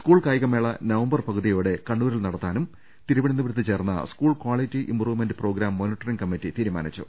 school കായികമേള November പകുതിയോടെ കണ്ണൂരിൽ നടത്താനും തിരുവനന്തപുരത്ത് ചേർന്ന ദ്ദ school quality improvement programme monitoring committee തീരുമാ നിച്ചു